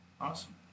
Awesome